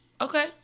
okay